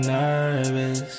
nervous